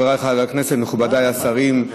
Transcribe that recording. חבריי חברי הכנסת, מכובדיי השרים,